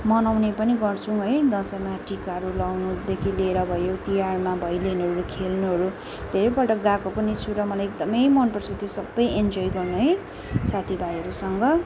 मनाउने पनि गर्छु है दसैँमा टिकाहरू लाउनुदेखि लिएर भयो तिहारमा भैलेनीहरू खेल्नुहरू धेरैपल्ट गएको पनि छु र मलाई एकदमै मनपर्छ त्यो सबै इन्जोय गर्नु है साथीभाइहरूसँग